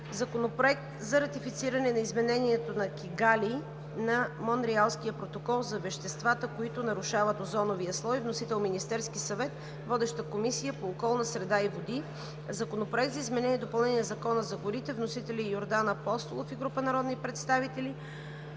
Законопроект за ратифициране на Изменението на Кигали на Монреалския портал за веществата, които нарушават озоновия слой. Вносител е Министерският съвет. Водеща е Комисията по околна среда и водите. Законопроект за изменение и допълнение на Закона за горите. Вносители са Йордан Апостолов и група народни представители.